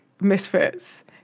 misfits